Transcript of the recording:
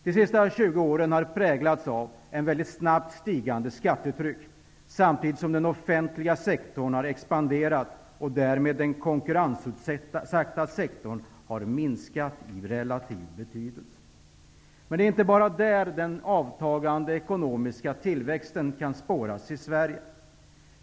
De senaste 20 åren har präglats av ett mycket snabbt stigande skattetryck, samtidigt som den offentliga sektorn har expanderat och därmed den konkurrensutsatta sektorn har minskat i relativ betydelse. Det är inte bara där den avtagande ekonomiska tillväxten kan spåras i Sverige.